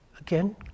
Again